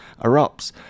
erupts